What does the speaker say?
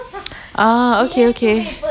ah okay okay